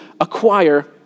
acquire